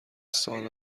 سال